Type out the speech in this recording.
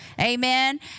Amen